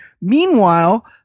Meanwhile